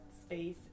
space